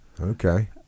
Okay